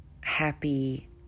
happy